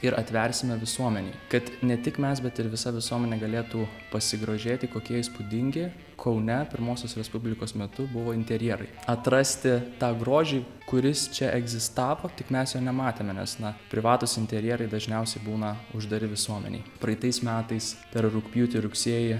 ir atversime visuomenei kad ne tik mes bet ir visa visuomenė galėtų pasigrožėti kokie įspūdingi kaune pirmosios respublikos metu buvo interjerai atrasti tą grožį kuris čia egzistavo tik mes nematėme nes na privatūs interjerai dažniausiai būna uždari visuomenei praeitais metais per rugpjūtį rugsėjį